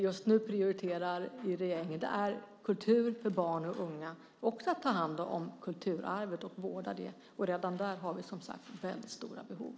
Just nu prioriterar regeringen kultur för barn och unga och att ta hand om kulturarvet och vårda det. Redan där har vi väldigt stora behov.